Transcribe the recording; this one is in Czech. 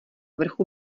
vrchu